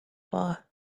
bar